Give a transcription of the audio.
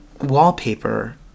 wallpaper